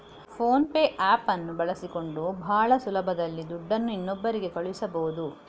phone pay app ಅನ್ನು ಬಳಸಿಕೊಂಡು ಭಾಳ ಸುಲಭದಲ್ಲಿ ದುಡ್ಡನ್ನು ಇನ್ನೊಬ್ಬರಿಗೆ ಕಳಿಸಬಹುದು